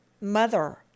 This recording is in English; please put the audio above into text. mother